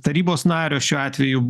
tarybos nario šiuo atveju